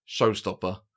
showstopper